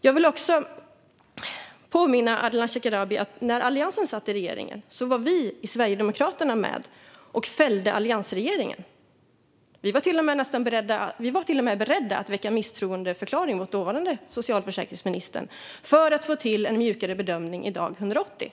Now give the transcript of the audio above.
Jag vill påminna Ardalan Shekarabi om att när Alliansen satt i regeringen var vi i Sverigedemokraterna med och fällde alliansregeringen. Vi var till och med beredda att väcka misstroendeförklaring mot dåvarande socialförsäkringsministern för att få till en mjukare bedömning vid dag 180.